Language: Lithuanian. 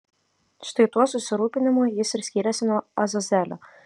štai tuo susirūpinimu jis ir skyrėsi nuo azazelio